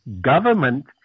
government